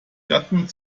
gatten